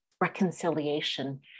reconciliation